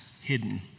Hidden